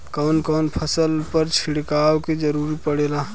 कवन कवन फसल पर छिड़काव के जरूरत पड़ेला?